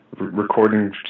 recording